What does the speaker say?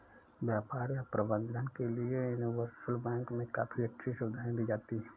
व्यापार या प्रबन्धन के लिये यूनिवर्सल बैंक मे काफी अच्छी सुविधायें दी जाती हैं